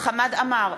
חמד עמאר,